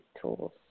tools